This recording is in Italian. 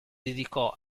dedicò